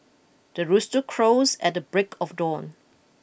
the rooster crows at the break of dawn